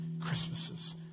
Christmases